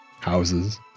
houses